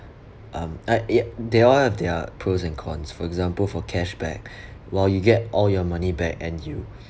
um uh ya they all have their pros and cons for example for cashback while you get all your money back and you